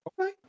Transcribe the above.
Okay